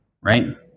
right